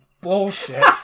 Bullshit